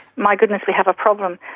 my goodness, we have a problem.